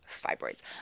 fibroids